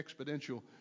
exponential